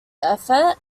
effort